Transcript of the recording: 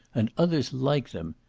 and others like them.